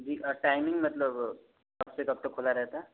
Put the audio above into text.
जी timing मतलब कब से कब तक खुला रहता है